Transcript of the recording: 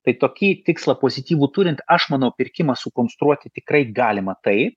tai tokį tikslą pozityvų turint aš manau pirkimą sukonstruoti tikrai galima taip